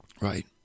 Right